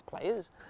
players